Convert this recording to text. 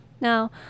Now